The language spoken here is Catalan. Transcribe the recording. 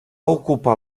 ocupar